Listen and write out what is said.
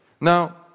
Now